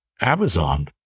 Amazon